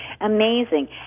amazing